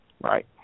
right